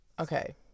okay